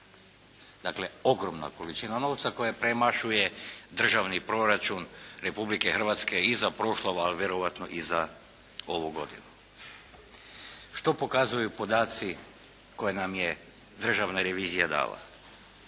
Dakle ogromna količina novca koja premašuje državni proračun Republike Hrvatske i za prošlu, a vjerojatno i za ovu godinu. Što pokazuju podaci koje nam je Državna revizija dala?